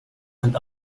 and